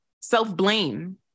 self-blame